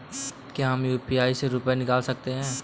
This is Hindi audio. क्या हम यू.पी.आई से रुपये निकाल सकते हैं?